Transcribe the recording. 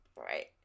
right